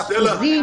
האחוזים,